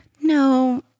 no